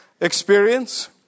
experience